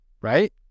Right